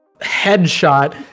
headshot